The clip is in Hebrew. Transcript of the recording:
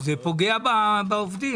זה פוגע בעובדים.